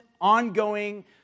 ongoing